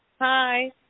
Hi